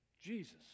Jesus